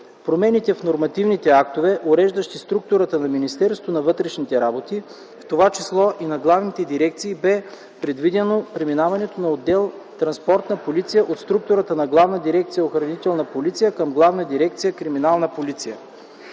промените в нормативните актове, уреждащи структурата на Министерството на вътрешните работи, в това число и на главните дирекции, бе предвидено преминаването на отдел „Транспортна полиция” от структурата на Главна дирекция „Охранителна полиция” към Главна дирекция „Криминална полиция”.